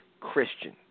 Christian